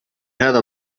هذا